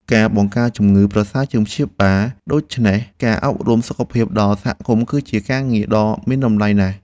ការបង្ការជំងឺប្រសើរជាងការព្យាបាល ដូច្នេះការអប់រំសុខភាពដល់សហគមន៍គឺជាការងារដ៏មានតម្លៃណាស់។